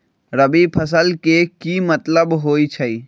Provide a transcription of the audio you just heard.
रबी फसल के की मतलब होई छई?